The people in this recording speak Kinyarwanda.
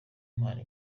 mpano